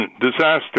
disaster